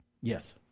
Yes